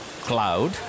cloud